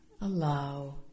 allow